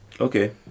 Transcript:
Okay